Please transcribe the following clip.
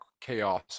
chaos